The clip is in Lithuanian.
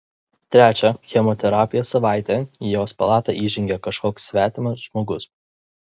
trečią chemoterapijos savaitę į jos palatą įžengė kažkoks svetimas žmogus